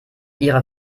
ihrer